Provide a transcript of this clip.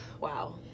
Wow